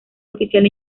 oficial